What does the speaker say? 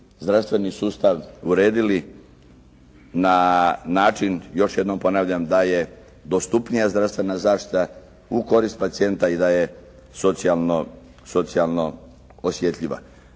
zdravstveni sustav uredili na način još jednom ponavljam da je dostupnija zdravstvena zaštita u korist pacijenta i da je socijalno osjetljiva.